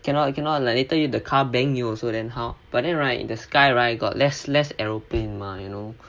cannot you cannot like later the car bang you also then how but then right in the sky right got less less aeroplane mah you know